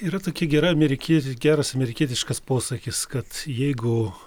yra tokia gera amerikie geras amerikietiškas posakis kad jeigu